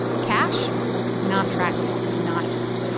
cash is not trackable. it's anonymous.